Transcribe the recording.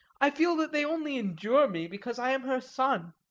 i feel that they only endure me because i am her son.